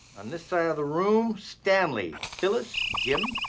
on this side of the room stanley, phyllis, jim,